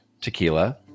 tequila